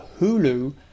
Hulu